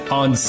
on